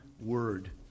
word